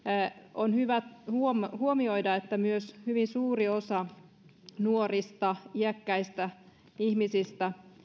on hyvä huomioida huomioida että hyvin suuri osa myös nuorista ihmisistä iäkkäistä ihmisistä